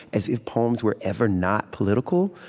as if poems were ever not political.